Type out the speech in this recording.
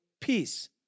peace